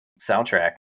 soundtrack